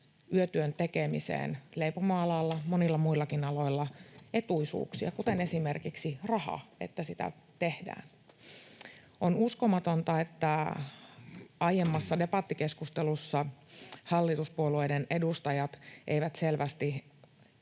yötyön tekemiseen leipomoalalla, monilla muillakin aloilla, etuisuuksia, kuten esimerkiksi raha, että sitä tehdään. On uskomatonta, että aiemmassa debattikeskustelussa hallituspuolueiden edustajat eivät selvästi